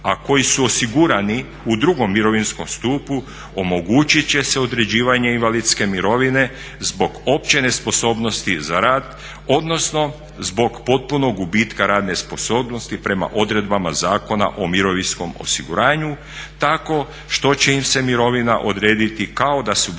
a koji su osigurani u drugom mirovinskom stupu omogućit će se određivanje invalidske mirovine zbog opće nesposobnosti za rad, odnosno zbog potpunog gubitka radne sposobnosti prema odredbama Zakona o mirovinskom osiguranju tako što će im se mirovina odrediti kao da su bili